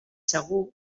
segur